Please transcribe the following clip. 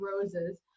roses